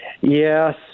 Yes